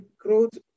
growth